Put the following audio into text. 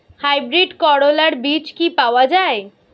Hybrid করলার বীজ কি পাওয়া যায়?